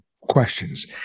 questions